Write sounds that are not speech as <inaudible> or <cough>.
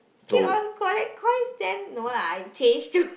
keep on collect coins then no lah I change to <laughs>